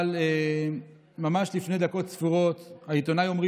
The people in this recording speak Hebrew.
אבל ממש לפני דקות ספורות העיתונאי עמרי